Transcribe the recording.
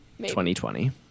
2020